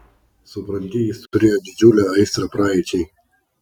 supranti jis turėjo didžiulę aistrą praeičiai